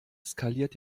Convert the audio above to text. skaliert